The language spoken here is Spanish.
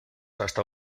hasta